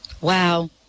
Wow